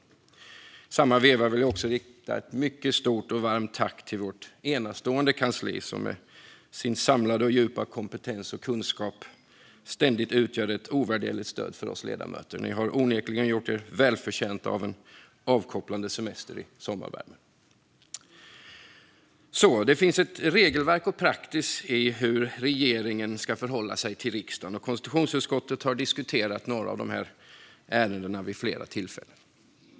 I samma veva vill jag också rikta ett mycket stort och varmt tack till vårt enastående kansli, som med sin samlade och djupa kompetens och kunskap ständigt utgör ett ovärderligt stöd för oss ledamöter. Ni har onekligen gjort er väl förtjänta av en avkopplande semester i sommarvärmen. Det finns ett regelverk och en praxis i hur regeringen ska förhålla sig till riksdagen, och konstitutionsutskottet har diskuterat några av dessa ärenden vid flera tillfällen.